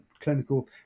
clinical